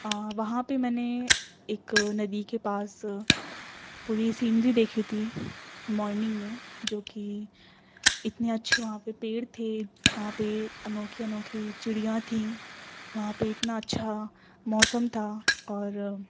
وہاں پہ میں نے ایک ندی کے پاس پوری سینری دیکھی تھی مورننگ میں جو کہ اتنے اچھے وہاں پہ پیڑ تھے وہاں پہ انوکھے انوکھی چڑیاں تھیں وہاں پہ اتنا اچھا موسم تھا اور